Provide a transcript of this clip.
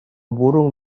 burung